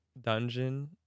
dungeon